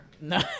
no